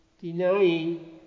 denying